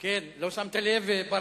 שמת לב?